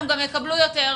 הם גם יקבלו יותר.